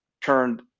turned